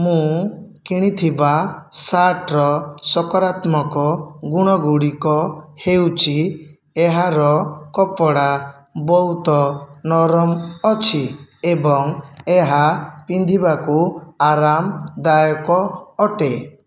ମୁଁ କିଣିଥିବା ଶାର୍ଟର ସକାରାତ୍ମକ ଗୁଣଗୁଡ଼ିକ ହେଉଛି ଏହାର କପଡ଼ା ବହୁତ ନରମ ଅଛି ଏବଂ ଏହା ପିନ୍ଧିବାକୁ ଆରାମଦାୟକ ଅଟେ